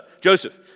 Joseph